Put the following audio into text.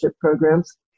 programs